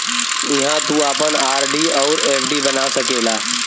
इहाँ तू आपन आर.डी अउर एफ.डी बना सकेला